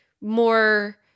more